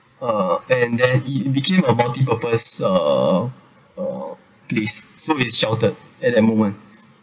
uh and then it became a multi-purpose uh uh place so it's sheltered at that moment